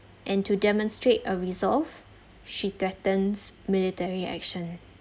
and to demonstrate a resolve she threatens military action